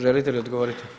Želite li odgovoriti?